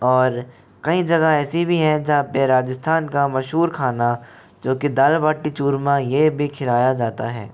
और कई जगह ऐसी भी हैं जहाँ पर राजस्थान का मशहूर खाना जो की दाल बाटी चूरमा यह भी खिलाया जाता है